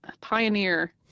pioneer